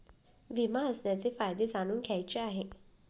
विमा असण्याचे फायदे जाणून घ्यायचे आहे